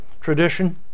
tradition